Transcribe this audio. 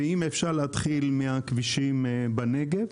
ואם אפשר להתחיל מהכבישים בנגב,